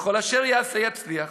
וכל אשר יעשה יצליח.